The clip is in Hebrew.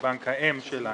מבנק האם שלנו,